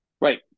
Right